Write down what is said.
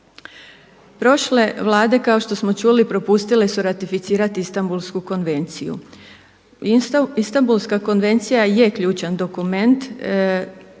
Prošle vlade kao što smo čuli propustile su ratificirati Istambulsku konvenciju. Istambulska konvencija je ključan dokument,